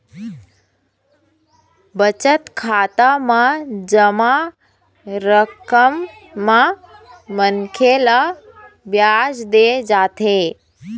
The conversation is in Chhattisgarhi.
बचत खाता म जमा रकम म मनखे ल बियाज दे जाथे